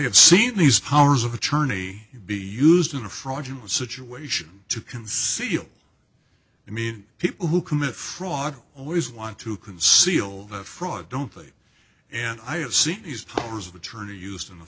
have seen these powers of attorney be used in a fraudulent situation to conceal i mean people who commit fraud always want to conceal that fraud don't play and i have seen these tours of the tourney used in the